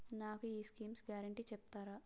నాకు ఈ schemes guarantee చెప్తారా?